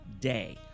day